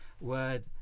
word